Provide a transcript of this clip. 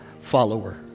follower